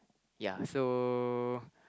ya so